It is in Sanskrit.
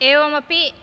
एवमपि